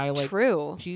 True